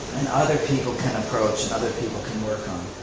and other people can approach and other people can work on.